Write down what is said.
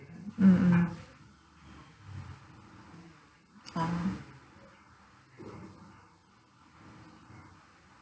mm mm ah